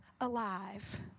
alive